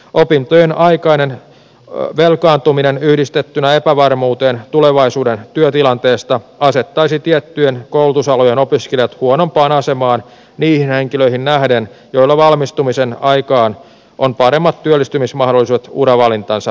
opintojenaikainen velkaantuminen yhdistettynä epävarmuuteen tulevaisuuden työtilanteesta asettaisi tiettyjen koulutusalojen opiskelijat huonompaan asemaan niihin henkilöihin nähden joilla valmistumisen aikaan on paremmat työllistymismahdollisuudet uravalintansa tähden